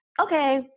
okay